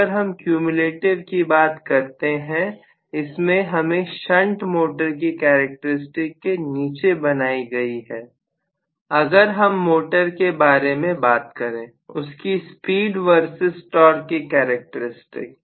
अगर हम क्यूम्यूलेटिव की बात करते हैं इसमें हमें शंट मोटर की कैरेक्टरस्टिक के नीचे बनाई गई है अगर हम मोटर के बारे में बात करें उसकी स्पीड वर्सेस टोर्क की कैरेक्टर स्टिक